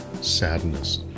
sadness